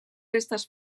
restes